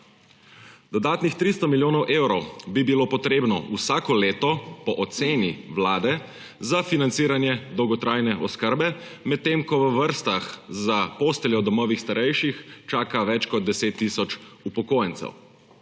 Dodatnih 300 milijonov evrov bi bilo potrebnih vsako leto, po oceni Vlade, za financiranje dolgotrajne oskrbe, medtem ko v vrstah za posteljo v domovih starejših čaka več kot 10 tisoč upokojencev.